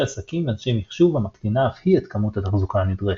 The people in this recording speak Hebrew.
עסקים ואנשי מחשוב המקטינה אף היא את כמות התחזוקה הנדרשת.